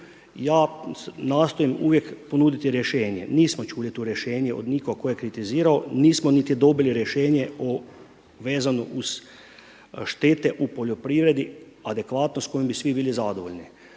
Ja nastojim uvijek ponuditi rješenje. Nismo čuli tu rješenje od nikog tko je kritizirao, nismo niti dobili rješenje vezano uz štete u poljoprivredi, adekvatno s kojima bi svi bili zadovoljni.